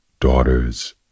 Daughters